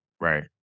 Right